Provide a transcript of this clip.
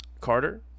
Carter